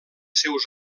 seus